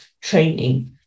training